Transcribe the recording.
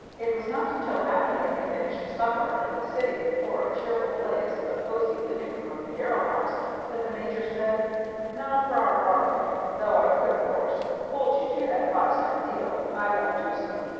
it was not until after they had finished supper and were sitting before a cheerful blaze in the cosey living-room of the darrell house that the major said now for our bargain. though i could, of course, hold you to that five-cent deal, i won't do so,